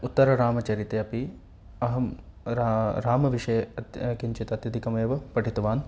उत्तररामचरित्रे अपि अहं रा रामविषये अत्य किञ्चित् अत्यधिकमेव पठितवान्